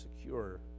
secure